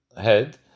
head